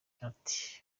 ati